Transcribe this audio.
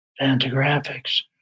Fantagraphics